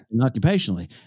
occupationally